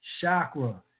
chakra